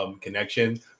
connection